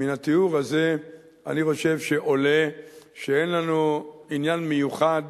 מן התיאור הזה אני חושב שעולה שאין לנו עניין מיוחד